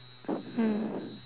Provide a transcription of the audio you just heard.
hmm